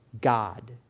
God